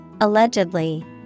Allegedly